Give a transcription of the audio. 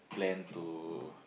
plan to